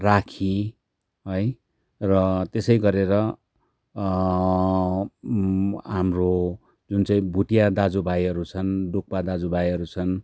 राखी है र त्यसै गरेर हाम्रो जुन चै भुटिया दाजुभाइहरू छन् डुक्पा दाजुभाइहरू छन्